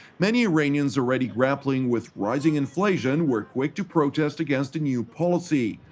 many iranians already grappling with rising inflation were quick to protest against the new policy.